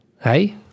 hey